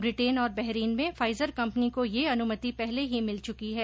Britain और Bahrain में Pfizer company को यह अनुमति पहले ही मिल चुकी है